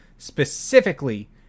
specifically